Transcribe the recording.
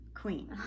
queen